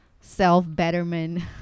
self-betterment